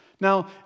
Now